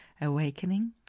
Awakening